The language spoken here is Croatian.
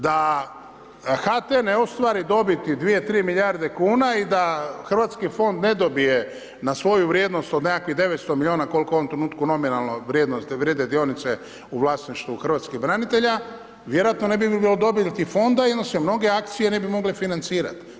Da HT ne ostvari dobiti 2, 3 milijarde kuna i da hrvatski fond ne dobije na svoju vrijednost od nekakvih 900 milijuna koliko u ovom trenutku nominalna vrijednost vrijede dionice u vlasništvu hrvatskih branitelja, vjerojatno ne bi bilo dobiti fonda i onda se mnoge akcije ne bi mogle financirati.